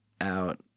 out